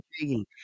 intriguing